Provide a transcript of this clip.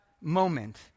moment